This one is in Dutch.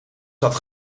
zat